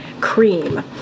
cream